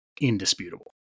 indisputable